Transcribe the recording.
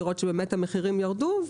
לראות שהמחירים באמת ירדו,